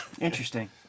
Interesting